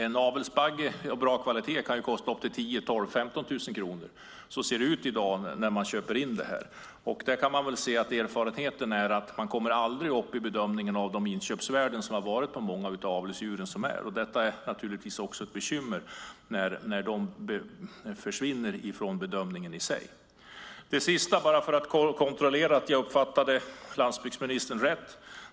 En avelsbagge av bra kvalitet kan kosta upp till 10 000, 12 000 eller 15 000 kronor. Så ser det ut i dag när man köper in dem. Erfarenheten är att man i bedömningen aldrig kommer upp i de inköpsvärden som har varit på många av avelsdjuren. Detta är naturligtvis också ett bekymmer. Det sista gäller elen, som det finns en stark oro över. Jag vill bara kontrollera att jag uppfattade landsbygdsministern rätt.